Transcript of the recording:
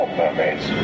mermaids